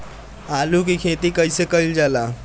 आलू की खेती कइसे कइल जाला?